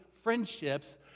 friendships